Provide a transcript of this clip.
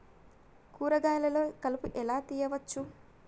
కూరగాయలలో కలుపు ఎలా తీయచ్చు?